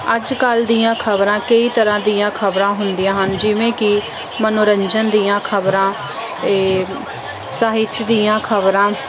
ਅੱਜ ਕੱਲ ਦੀਆਂ ਖਬਰਾਂ ਕਈ ਤਰ੍ਹਾਂ ਦੀਆਂ ਖਬਰਾਂ ਹੁੰਦੀਆਂ ਹਨ ਜਿਵੇਂ ਕਿ ਮਨੋਰੰਜਨ ਦੀਆਂ ਖਬਰਾਂ ਸਾਹਿਤ ਦੀਆਂ ਖਬਰਾਂ